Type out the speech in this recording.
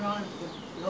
where got fun ah